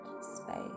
space